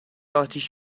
آتیش